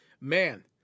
man